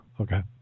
Okay